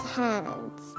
hands